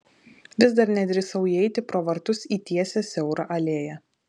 vis dar nedrįsau įeiti pro vartus į tiesią siaurą alėją